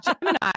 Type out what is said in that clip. Gemini